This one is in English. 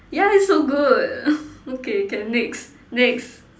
yeah it's so good okay can next next